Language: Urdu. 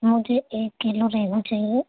مجھے ایک کلو ریہو چاہیے